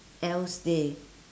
else day